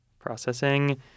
Processing